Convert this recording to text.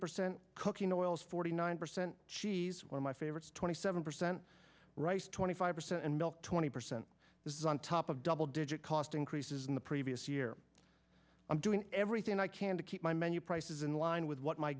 percent cooking oils forty nine percent cheese were my favorites twenty seven percent rice twenty five percent and milk twenty percent this is on top of double digit cost increases in the previous year i'm doing everything i can to keep my menu prices in line with what my